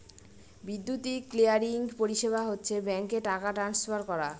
বৈদ্যুতিক ক্লিয়ারিং পরিষেবা হচ্ছে ব্যাঙ্কে টাকা ট্রান্সফার করা